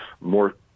more